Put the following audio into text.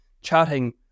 chatting